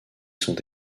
sont